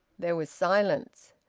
there was silence.